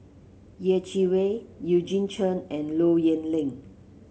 Yeh Chi Wei Eugene Chen and Low Yen Ling